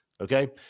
Okay